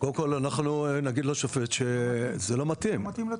קודם כל, אנחנו נגיד לשופט שזה לא מתאים.